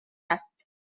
است